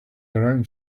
around